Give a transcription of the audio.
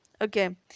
Okay